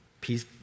Peace